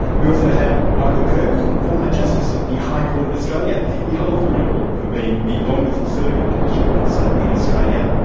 we also have michael kirby, former justice of the high court of australia. he holds the record for being the longest-serving judicial officer in australia.